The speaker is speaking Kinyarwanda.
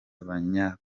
abanya